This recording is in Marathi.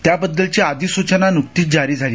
त्याबद्दलची अधिसूचना नुकतीच जारी झाली